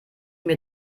mir